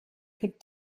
could